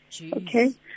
okay